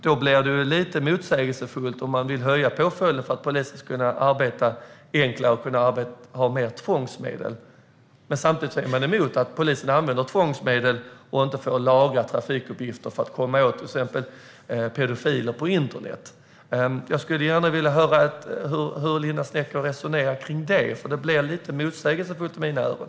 Detta blir lite motsägelsefullt: Man vill skärpa påföljderna så att polisen ska kunna arbeta enklare och använda fler tvångsmedel, men man är samtidigt emot att polisen använder tvångsmedel och att polisen ska få lagra trafikuppgifter för att exempelvis komma åt pedofiler på internet. Jag skulle gärna vilja höra hur Linda Snecker resonerar om det här, för det låter lite motsägelsefullt i mina öron.